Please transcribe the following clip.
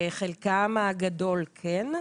חלקם הגדול, כן.